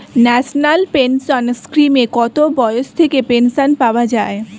National pension স্কিমে কত বয়স থেকে পেনশন পাওয়া যায়?